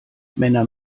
männer